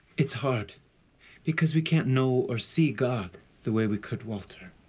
it's hard because we can't know or see god the way we could walter.